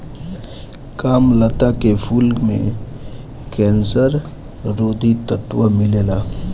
कामलता के फूल में कैंसर रोधी तत्व मिलेला